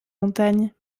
montagne